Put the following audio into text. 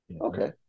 Okay